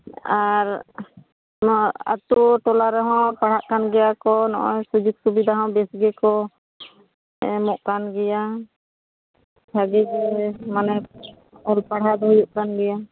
ᱟᱨ ᱱᱚᱣᱟ ᱟᱹᱛᱩ ᱴᱚᱞᱟ ᱨᱮᱦᱚᱸ ᱯᱟᱲᱦᱟᱜ ᱠᱟᱱ ᱜᱮᱭᱟ ᱠᱚ ᱱᱚᱜᱼᱚᱭ ᱥᱩᱡᱳᱜᱽ ᱥᱩᱵᱤᱫᱟ ᱦᱚᱸ ᱵᱮᱥ ᱜᱮᱠᱚ ᱮᱢᱚᱜ ᱠᱟᱱ ᱜᱮᱭᱟ ᱵᱷᱟᱜᱮ ᱜᱮ ᱢᱟᱱᱮ ᱚᱞ ᱯᱟᱲᱦᱟᱣ ᱫᱚ ᱦᱩᱭᱩᱜ ᱠᱟᱱ ᱜᱮᱭᱟ